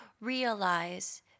realize